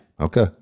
Okay